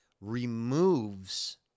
removes